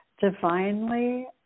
divinely